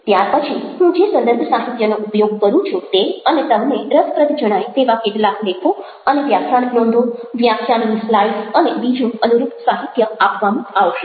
ત્યાર પછી હું જે સંદર્ભ સાહિત્યનો ઉપયોગ કરું છું તે અને તમને રસપ્રદ જણાય તેવા કેટલાક લેખો અને વ્યાખ્યાન નોંધો વ્યાખ્યાનની સ્લાઈડ્સ અને બીજું અનુરૂપ સાહિત્ય આપવામાં આવશે